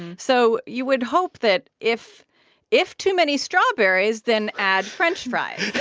so you would hope that if if too many strawberries, then add french fries.